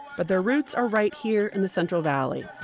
but their roots are right here, in the central valley